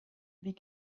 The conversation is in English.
big